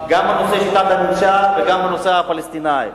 גם בנושא שיטת הממשל וגם בנושא הפלסטיני.